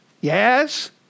yes